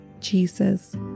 Jesus